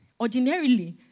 ordinarily